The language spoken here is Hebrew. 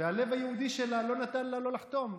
והלב היהודי שלה לא נתן לה שלא לחתום.